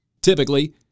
Typically